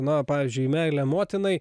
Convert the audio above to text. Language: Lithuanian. na pavyzdžiui meilę motinai